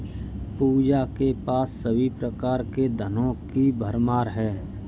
पूजा के पास सभी प्रकार के धनों की भरमार है